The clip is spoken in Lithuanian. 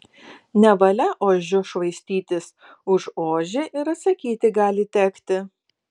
nevalia ožiu švaistytis už ožį ir atsakyti gali tekti